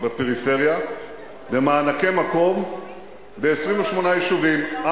בפריפריה במענקי מקום ב-28 יישובים,